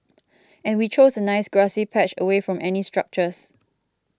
and we chose a nice grassy patch away from any structures